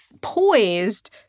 poised